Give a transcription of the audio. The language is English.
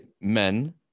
men